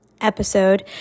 episode